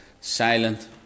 silent